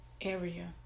area